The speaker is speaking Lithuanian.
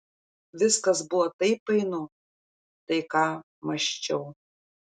viskas buvo taip painu tai ką mąsčiau